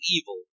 evil